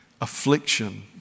affliction